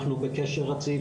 אנחנו בקשר רציף,